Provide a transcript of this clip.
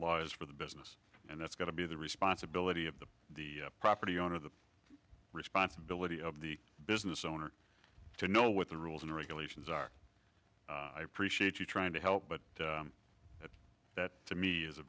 law is for the business and it's going to be the responsibility of the property owner of the responsibility of the business owner to know what the rules and regulations are i appreciate you trying to help but that to me is a